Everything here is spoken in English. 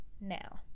now